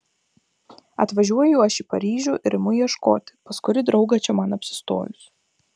atvažiuoju aš į paryžių ir imu ieškoti pas kurį draugą čia man apsistojus